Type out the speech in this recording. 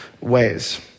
ways